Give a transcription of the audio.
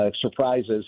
surprises